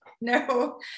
No